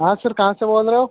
हाँ सर कहाँ से बोल रहे हो